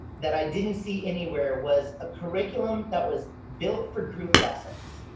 that i didn't see anywhere was a curriculum that was built for group lessons